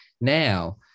now